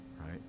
right